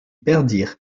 perdirent